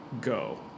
go